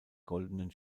goldenen